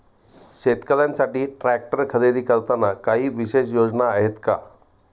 शेतकऱ्यांसाठी ट्रॅक्टर खरेदी करताना काही विशेष योजना आहेत का?